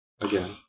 Again